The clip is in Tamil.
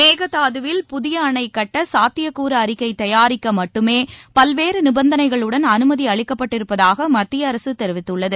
மேகதாதுவில் புதிய அணை கட்ட சாத்தியக்கூறு அறிக்கை தயாரிக்க மட்டுமே பல்வேறு நிபந்தனைகளுடன் அனுமதி அளிக்கப்பட்டிருப்பதாக மத்திய அரசு தெரிவித்துள்ளது